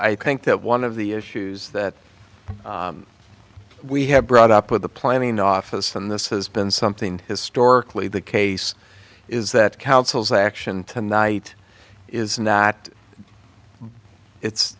i think that one of the issues that we have brought up with the planning office and this has been something historically the case is that councils action tonight isn't that it's